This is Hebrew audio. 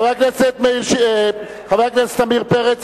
חבר הכנסת עמיר פרץ,